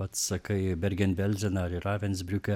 pats sakai bergenbelsene ar ravensbriuke